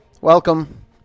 Welcome